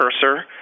cursor